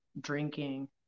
drinking